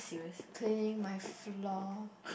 cleaning my floor